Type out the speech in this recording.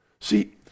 See